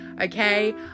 Okay